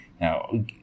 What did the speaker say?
Now